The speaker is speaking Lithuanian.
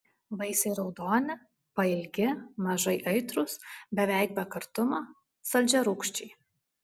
vaisiai raudoni pailgi mažai aitrūs beveik be kartumo saldžiarūgščiai